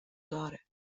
داره